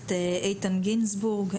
הכנסת איתן גינזבורג,